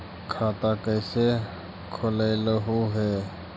खाता कैसे खोलैलहू हे?